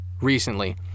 recently